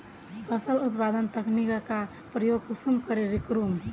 फसल उत्पादन तकनीक का प्रयोग कुंसम करे करूम?